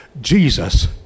Jesus